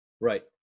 Right